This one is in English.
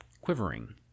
quivering